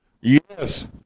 Yes